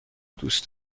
دوست